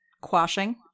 quashing